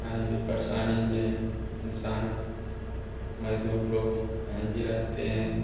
कहीं भी परेशानी में इंसान मजदूर लोग कहीं भी रहते हैं